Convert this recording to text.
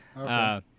Okay